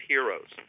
Heroes